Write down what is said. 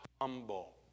humble